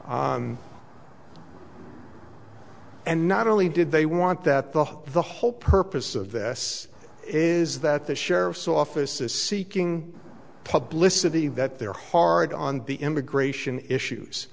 and not only did they want that the whole the whole purpose of this is that the sheriff's office is seeking publicity that they're hard on the immigration issues